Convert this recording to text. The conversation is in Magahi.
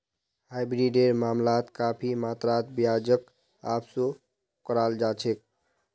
हाइब्रिडेर मामलात काफी मात्रात ब्याजक वापसो कराल जा छेक